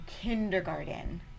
kindergarten